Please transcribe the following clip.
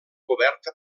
coberta